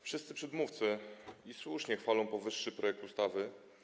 Wszyscy przedmówcy - i słusznie - chwalą powyższy projekt ustawy.